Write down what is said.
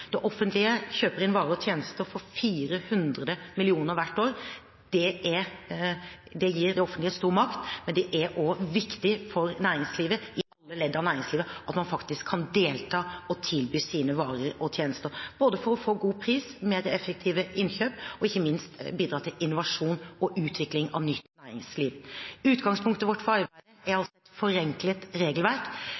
Det offentlige kjøper inn varer og tjenester for 400 mrd. kr hvert år. Det gir det offentlige stor makt, men det er også viktig i alle ledd av næringslivet at man kan delta og tilby sine varer og tjenester – både for å få god pris, mer effektive innkjøp og ikke minst bidra til innovasjon og utvikling av nytt næringsliv. Utgangspunktet vårt for arbeidet er altså et forenklet regelverk.